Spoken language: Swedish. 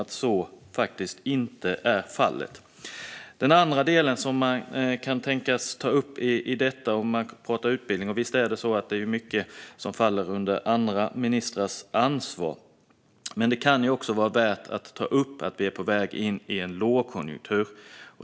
Det finns även en annan del som jag vill ta upp när vi pratar om utbildning. Visst är det mycket som faller under andra ministrars ansvar, men det kan vara värt att ta upp att vi är på väg in i en lågkonjunktur.